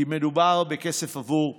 כי מדובר בכסף עבור החינוך,